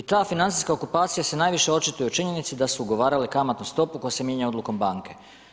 I ta financijska okupacija se najviše očituje u činjenici da su ugovarale kamatnu stopu koja se mijenja odlukom banke.